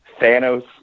Thanos